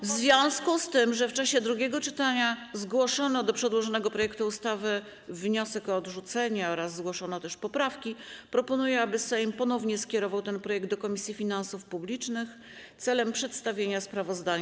W związku z tym, że w czasie drugiego czytania zgłoszono do przedłożonego projektu ustawy wniosek o odrzucenie oraz poprawki, proponuję, aby Sejm ponownie skierował ten projekt do Komisji Finansów Publicznych celem przedstawienia sprawozdania.